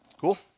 Cool